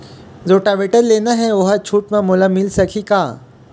Rotavator लेना हे ओहर छूट म मोला मिल सकही का?